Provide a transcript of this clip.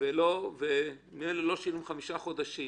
לא שילם חמישה חודשים,